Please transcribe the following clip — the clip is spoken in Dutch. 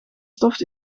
stof